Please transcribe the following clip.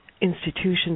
institutions